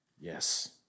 Yes